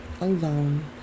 alone